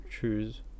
choose